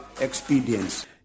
expedience